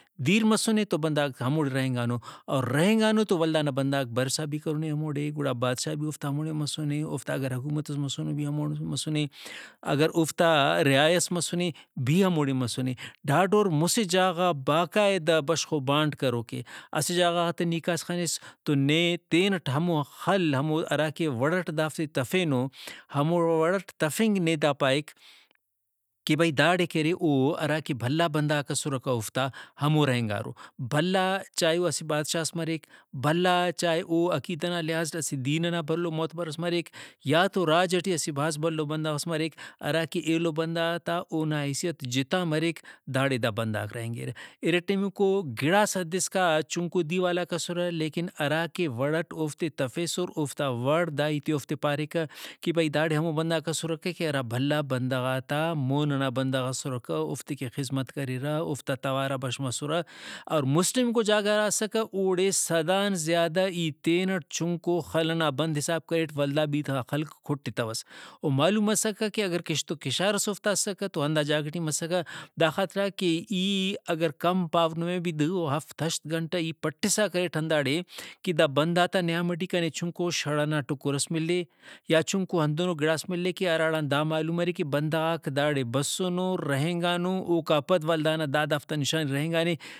دیر مسُنے تو بندغاک ہموڑے رہینگانو اور رہینگانو تو ولدانا بندغاک برسا بھی کرونے ہموڑے گڑا بادشاہ بھی اوفتا ہموڑے مسنے اوفتا اگر حکومت ئس مسنے بھی ہموڑے مسنے اگر اوفتا رعایہ ئس مسنے بھی ہموڑے مسنے۔ ڈھاڈور مسہ جاگہ غا باقاعدہ بشخوک بانٹ کروکے۔ اسہ جاگہ غاتہ نی کاس خنس تو نے تینٹ ہمو خل ہمو ہراکہ وڑٹ دافتے تفینو ہمو وڑٹ تفنگ نے دا پائک کہ بھئی داڑے کہ ارے اوہراکہ بھلا بندغاک اسرہ کہ اوفتا ہمو رہینگارہ۔ بھلا چائے او اسہ بادشاہس مریک بھلا چاہے او عقیدہ نا لحاظ اس دین ئنا بھلو معتبر ئس مریک یا تو راج ٹی اسہ بھاز بھلو بندغس مریک ہراکہ ایلو بندغاتا اونا حیثیت جتا مریک داڑے دا بندغاک رہینگرہ۔ ارٹمیکو گڑاس حد اسکا چنکو دیوالاک اسرہ لیکن ہراکہ وڑٹ اوفتے تفیسر اوفتا وڑ دا ہیتے اوفتے پاریکہ کہ بھئی داڑے ہمو بندغاک اسرہ کہ کہ ہرا بھلا بندغاتا مون ئنا بندغ اسرکہ اوفتے کہ خذمت کریرہ اوفتاتوارا بش مسرہ اور مسٹمیکو جاگہ ہرا اسکہ اوڑے صد آن زیادہ ای تینٹ چُھنکو خل ئنا بند حساب کریٹ ولدا بھی دا خلک کُٹتوس۔ او معلوم مسکہ کہ اگر کشت ؤ کشارس اوفتا اسکہ تو ہندا جاگہ ٹی مسکہ دا خاطران کہ ای اگر کم پاو نمے بھی ہفت ہشت گھنٹہ ای پٹسا کریٹ ہنداڑے کہ دا بنداتا نیام ٹی کنے چُھنکو شڑ ئنا ٹکر ئس ملے یا چُھنکو ہندنو گڑاس ملے کہ ہراڑان دا معلوم مرے کہ بندغاک داڑے بسنو رہینگانو اوکا پد ولدانا دا دافتیان شڑ رہینگانے